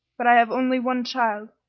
but i have only one child.